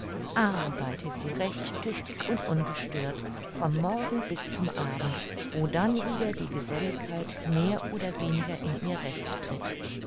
arbeitet sie recht tüchtig und ungestört vom morgen bis zum abend wo dann wieder die geselligkeit mehr oder weniger in ihr recht tritt